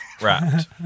wrapped